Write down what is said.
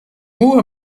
mot